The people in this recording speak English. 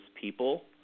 people